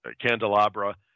candelabra